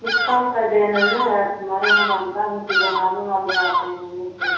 कुछ कम कर देना ना आप हमारे यहाँ बनता है कि बनाने वाले आते हैं कि यह सब